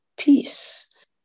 Peace